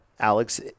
Alex